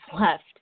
left